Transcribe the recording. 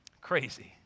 Crazy